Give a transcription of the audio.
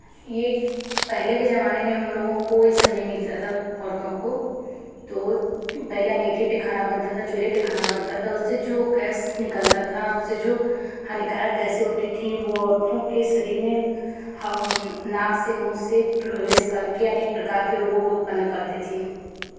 ये पहले के ज़माने में हम लोगों को ये सब नहीं मिलता था औरतों को तो पहले अंगीठी पे खाना बनता था चूल्हे पे खाना बनता था उससे जो गैस निकलता था उससे जो हानिकारक गैसें होती थीं वो औरतों के शरीर में नाक से मुँह से प्रवेश करके अनेक प्रकार के रोगों को उत्पन्न करती थीं